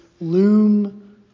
loom